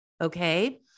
Okay